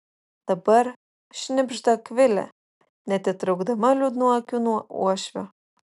dabar šnibžda akvilė neatitraukdama liūdnų akių nuo uošvio